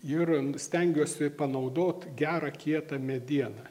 ir stengiuosi panaudot gerą kietą medieną